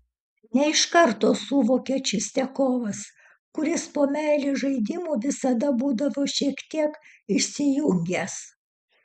ne iš karto suvokė čistiakovas kuris po meilės žaidimų visada būdavo šiek tiek išsijungęs